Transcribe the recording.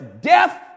death